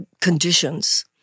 conditions